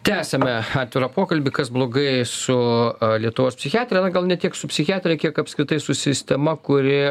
tęsiame atvirą pokalbį kas blogai su lietuvos psichiatrija na gal ne tiek su psichiatrija kiek apskritai su sistema kuri